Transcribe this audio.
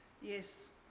Yes